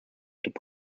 dept